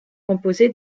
composé